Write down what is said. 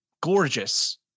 Gorgeous